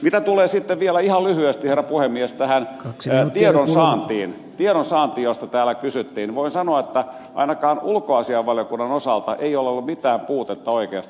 mitä tulee sitten vielä ihan lyhyesti herra puhemies tähän tiedonsaantiin josta täällä kysyttiin voin sanoa että ainakaan ulkoasiainvaliokunnan osalta ei ole ollut mitään puutetta oikeasta tiedosta